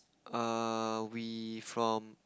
err we from